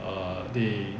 err they